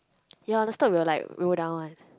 ya on the slope will like roll down one